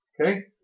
Okay